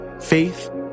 Faith